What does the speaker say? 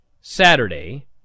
Saturday